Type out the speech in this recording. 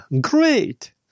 great